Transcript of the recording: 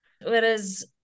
whereas